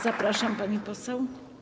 Zapraszam, pani poseł.